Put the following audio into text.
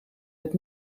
het